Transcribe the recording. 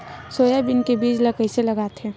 Soybean के बीज ल कइसे लगाथे?